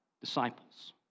disciples